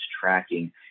tracking